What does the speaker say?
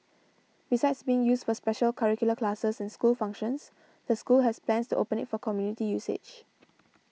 besides being used for special curricular classes and school functions the school has plans to open it for community usage